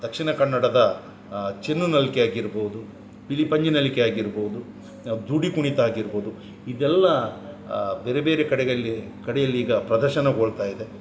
ದಕ್ಷಿಣ ಕನ್ನಡದ ಚಿನ್ನು ನಲಿಕೆ ಆಗಿರ್ಬೋದು ಪಿಲಿ ಪಂಜಿ ನಲಿಕೆ ಆಗಿರ್ಬೋದು ತುಡಿ ಕುಣಿತ ಆಗಿರ್ಬೋದು ಇದೆಲ್ಲ ಬೇರೆ ಬೇರೆ ಕಡೆಗಳಲ್ಲಿ ಕಡೆಯಲ್ಲೀಗ ಪ್ರದರ್ಶನಗೊಳ್ತಾಯಿದೆ